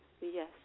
Yes